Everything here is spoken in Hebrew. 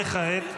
וכעת?